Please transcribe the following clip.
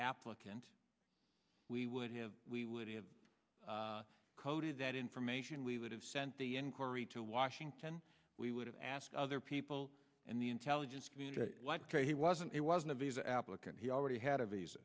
applicant we would have we would have coded that information we would have sent the inquiry to washington we would have asked other people in the intelligence community like crazy wasn't it wasn't a visa applicant he already had a